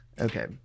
Okay